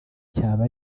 cyaba